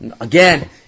Again